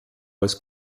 was